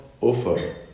offer